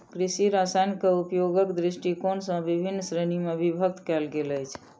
कृषि रसायनकेँ उपयोगक दृष्टिकोण सॅ विभिन्न श्रेणी मे विभक्त कयल गेल अछि